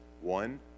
one